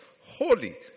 holy